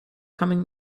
coming